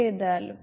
ചെയ്താലും